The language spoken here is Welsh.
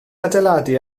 adeiladu